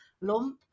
lump